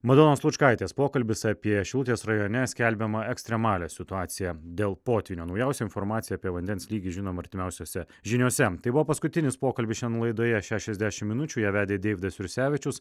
madonos lučkaitės pokalbis apie šilutės rajone skelbiama ekstremalią situaciją dėl potvynio naujausią informaciją apie vandens lygį žinom artimiausiose žiniose tai buvo paskutinis pokalbis šiandien laidoje šešiasdešimt minučių ją vedė deividas jursevičius